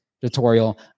tutorial